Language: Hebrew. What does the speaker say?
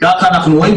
ככה אנחנו רואים את זה.